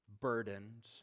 burdened